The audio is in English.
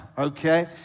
Okay